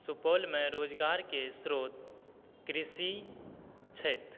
सुपौल मे रोजगार के श्रोत कृषि छथि